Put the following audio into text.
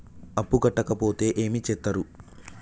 అప్పు కట్టకపోతే ఏమి చేత్తరు?